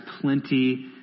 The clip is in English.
plenty